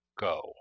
go